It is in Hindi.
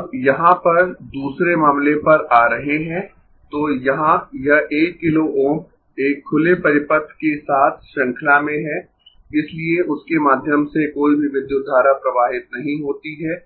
अब यहाँ पर दूसरे मामले पर आ रहे है तो यहाँ यह 1 किलो Ω एक खुले परिपथ के साथ श्रृंखला में है इसलिए उसके माध्यम से कोई भी विद्युत धारा प्रवाहित नहीं होती है